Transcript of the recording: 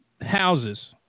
houses